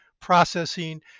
processing